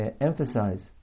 emphasize